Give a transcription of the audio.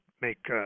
make